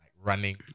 running